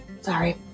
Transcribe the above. Sorry